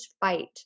fight